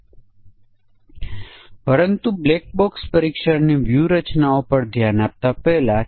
તેથી તે કેટલીક ડેટા આઇટમ્સ માટે તેમાં જટિલતા છે